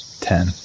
Ten